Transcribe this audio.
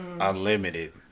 Unlimited